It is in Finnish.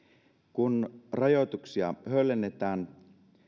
kun rajoituksia höllennetään